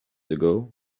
ago